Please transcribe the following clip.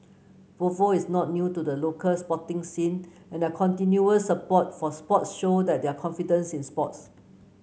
Volvo is not new to the local sporting scene and their continuous support for sports show that their confidence in sports